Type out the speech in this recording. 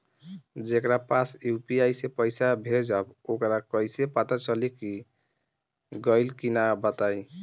जेकरा पास यू.पी.आई से पईसा भेजब वोकरा कईसे पता चली कि गइल की ना बताई?